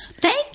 Thank